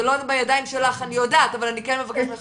זה לא בידיים שלך אני יודעת אבל אני כן מבקשת ממך